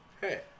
Hey